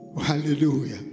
Hallelujah